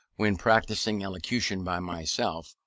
when practising elocution by myself,